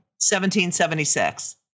1776